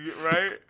right